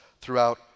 throughout